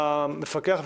המפקח,